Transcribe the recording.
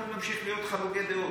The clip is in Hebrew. אנחנו נמשיך להיות חלוקי דעות,